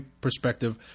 perspective